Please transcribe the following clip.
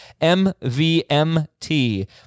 MVMT